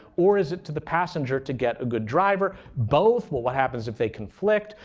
or is it to the passenger to get a good driver? both? well, what happens if they conflict?